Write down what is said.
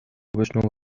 بشنو